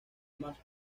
más